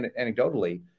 anecdotally